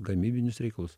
gamybinius reikalus